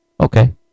okay